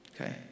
Okay